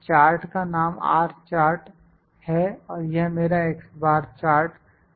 chart का नाम R chart है और यह मेरा x बार चार्ट है